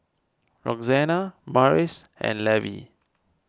Roxana Morris and Levie